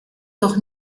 doch